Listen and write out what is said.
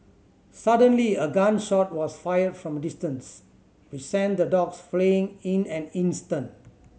suddenly a gun shot was fired from a distance which sent the dogs fleeing in an instant